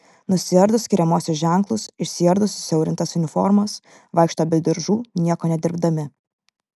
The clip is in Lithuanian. nusiardo skiriamuosius ženklus išsiardo susiaurintas uniformas vaikšto be diržų nieko nedirbdami